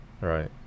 Right